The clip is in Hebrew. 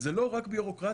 זה לא רק בירוקרטיה,